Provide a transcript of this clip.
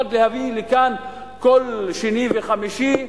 מלבד להביא לכאן כל שני וחמישי,